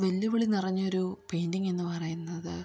വെല്ലുവിളി നിറഞ്ഞൊരു പെയിൻറ്റിങ്ങെന്നു പറയുന്നത്